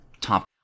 top